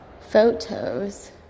photos